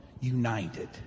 united